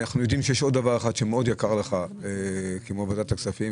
אנחנו יודעים שיש עוד דבר אחד שיקר לך מאוד כמו ועדת הכספים,